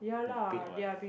they paid what